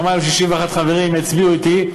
למעלה מ-61 חברים יצביעו אתי,